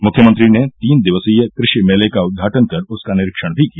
मुख्यमंत्री ने तीन दिवसीय कृषि मेले का उद्घाटन कर उसका निरीक्षण भी किया